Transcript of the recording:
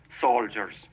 soldiers